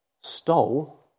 stole